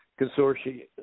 consortium